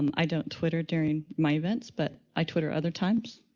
um i don't twitter during my events but i twitter other times,